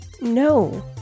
No